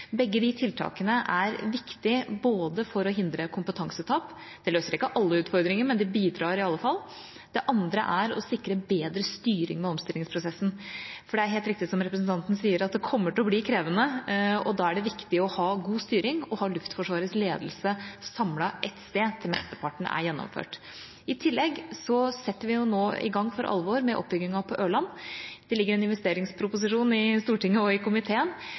Begge disse tiltakene er viktige, både for å hindre kompetansetap – det løser ikke alle utfordringer, men det bidrar i alle fall – og for det andre for å sikre bedre styring av omstillingsprosessen. For det er helt riktig som representanten sier, at det kommer til å bli krevende, og da er det viktig å ha god styring og ha Luftforsvarets ledelse samlet ett sted til mesteparten er gjennomført. I tillegg setter vi nå i gang for alvor med oppbyggingen på Ørland. Det ligger en investeringsproposisjon i Stortinget, i komiteen,